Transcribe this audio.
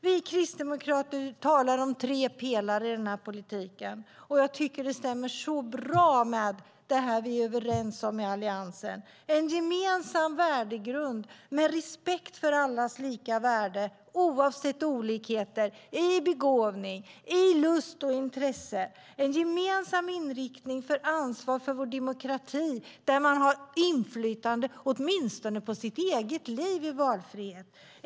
Vi kristdemokrater talar om tre pelare i den här politiken som jag tycker stämmer så bra med det som vi är överens om i Alliansen: En gemensam värdegrund med respekt för allas lika värde oavsett olikheter i begåvning, lust och intresse. En gemensam inriktning på ansvar för vår demokrati där man har valfrihet och inflytande åtminstone över sitt eget liv.